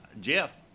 Jeff